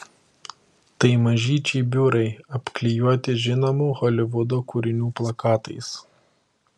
tai mažyčiai biurai apklijuoti žinomų holivudo kūrinių plakatais